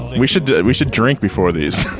we should, we should drink before these.